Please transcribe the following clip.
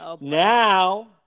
Now